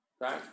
right